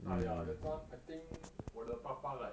!aiya! that time I think 我的爸爸 like